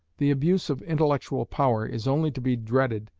the abuse of intellectual power is only to be dreaded,